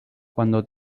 cuando